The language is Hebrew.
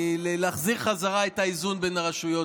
להחזיר בחזרה את האיזון בין הרשויות.